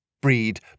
Breed